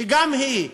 שגם היא,